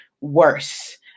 worse